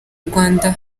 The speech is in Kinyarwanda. rwanda